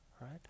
right